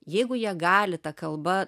jeigu jie gali ta kalba